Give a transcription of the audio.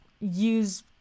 use